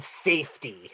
safety